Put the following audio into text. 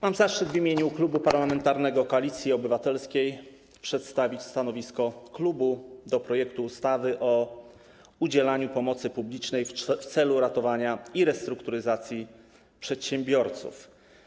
Mam zaszczyt w imieniu Klubu Parlamentarnego Koalicja Obywatelska przedstawić stanowisko klubu wobec projektu ustawy o udzielaniu pomocy publicznej w celu ratowania lub restrukturyzacji przedsiębiorców.